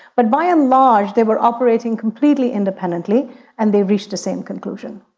but by and large they were operating completely independently and they reached the same conclusion.